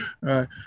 right